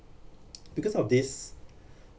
because of this